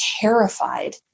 terrified